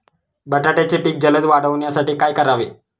बटाट्याचे पीक जलद वाढवण्यासाठी काय करावे?